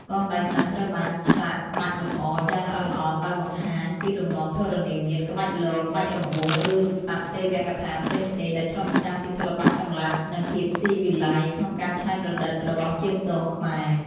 កងដៃខ្លះត្រូវបាន ឆ្លាក់ក្បាច់លម្អ យ៉ាងល្អិតល្អន់ ដោយបង្ហាញពីលំនាំធរណីមាត្រ ក្បាច់លក្បាច់រង្វង់ ឬរូបសត្វទេវកថាផ្សេងៗ ដែលឆ្លុះបញ្ចាំងពី សិល្បៈចម្លាក់ និងភាពស៊ីវិល័យក្នុងការច្នៃប្រឌិត របស់ជាងទងខ្មែរ។